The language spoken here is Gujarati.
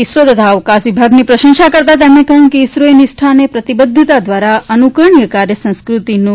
ઇસરો તથા અવકાશ વિભાગની પ્રશંસા કરતા તેમણે કહ્યું કે ઇસરોએ નિષ્ઠા અને પ્રતિબદ્ધતા દ્વારા અનુકરણીય કાર્ય સંસ્કૃતિનું નિર્માણ થયું છે